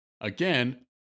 Again